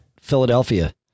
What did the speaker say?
Philadelphia